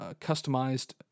customized